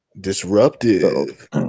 Disruptive